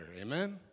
Amen